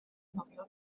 nofio